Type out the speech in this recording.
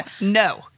no